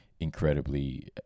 incredibly